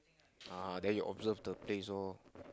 uh then you observe the place lor